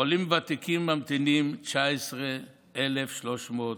עולים ותיקים, ממתינות 19,300 משפחות.